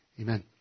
Amen